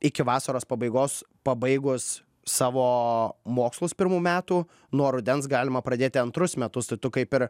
iki vasaros pabaigos pabaigus savo mokslus pirmų metų nuo rudens galima pradėti antrus metus tai tu kaip ir